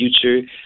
future